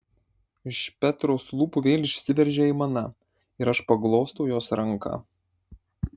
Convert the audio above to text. iš petros lūpų vėl išsiveržia aimana ir aš paglostau jos ranką